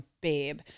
babe